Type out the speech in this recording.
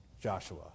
Joshua